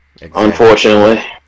Unfortunately